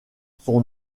son